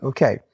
Okay